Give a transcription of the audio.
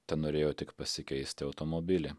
tenorėjo tik pasikeisti automobilį